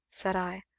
said i.